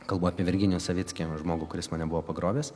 kalbu apie virginijų savickį žmogų kuris mane buvo pagrobęs